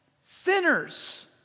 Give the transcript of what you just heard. Sinners